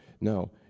no